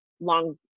Long